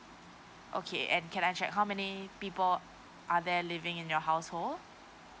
okay and can I check how many people are there living in your household